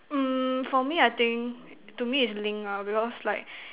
um for me I think to me it's linked ah because like